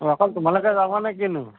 অঁ অকল তোমালোকে যাবা নে কিনো